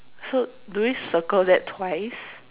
so do we circle that twice